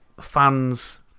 fans